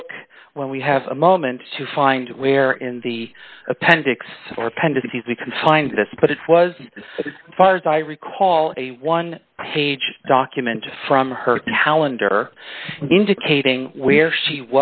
look when we have a moment to find where in the appendix or appendices we can find this but it was far as i recall a one page document from her calendar indicating where she